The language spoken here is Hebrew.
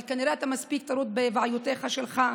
אבל כנראה אתה מספיק טרוד בבעיותיך שלך.